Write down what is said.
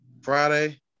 Friday